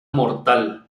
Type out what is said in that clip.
mortal